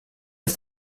ist